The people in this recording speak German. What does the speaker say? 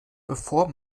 bevor